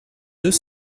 deux